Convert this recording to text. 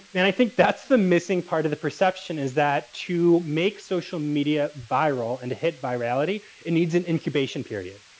and i think that's the missing part of the perception is that to make social media viral and a hit by reality it needs an incubation period.